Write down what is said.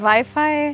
Wi-Fi